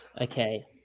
okay